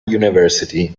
university